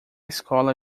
escola